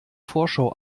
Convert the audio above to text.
vorschau